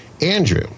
Andrew